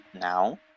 now